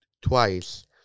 twice